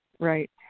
Right